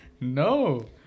No